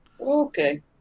Okay